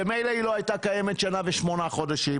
ממילא היא לא הייתה קיימת שנה ושמונה חודשים,